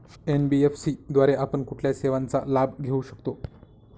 NBFC द्वारे आपण कुठल्या सेवांचा लाभ घेऊ शकतो?